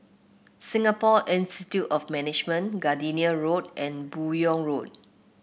Singapore Institute of Management Gardenia Road and Buyong Road